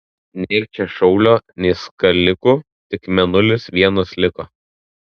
nėr čia šaulio nei skalikų tik mėnulis vienas liko